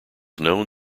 known